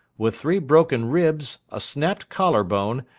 with three broken ribs, a snapped collar bone,